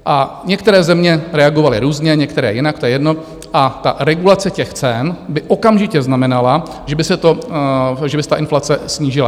A některé země reagovaly různě, některé jinak, to je jedno, a ta regulace těch cen by okamžitě znamenala, že by se ta inflace snížila.